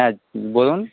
হ্যাঁ বলুন